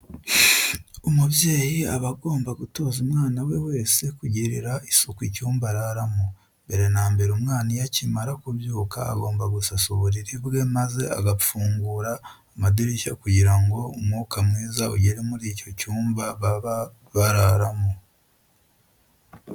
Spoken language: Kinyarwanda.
Umubyeyi aba agomba gutoza umwana we wese kugirira isuku icyumba araramo. Mbere na mbere umwana iyo akimara kubyuka agomba gusasa uburiri bwe maze agafungura amadirishya kugira ngo umwuka myiza ugere muri icyo cyumba baba araramo.